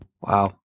Wow